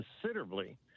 considerably